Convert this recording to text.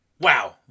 Wow